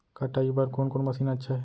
कटाई बर कोन कोन मशीन अच्छा हे?